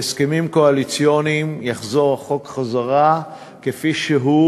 בהסכמים קואליציוניים יחזור החוק כפי שהוא,